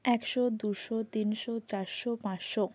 একশো দুশো তিনশো চারশো পাঁচশো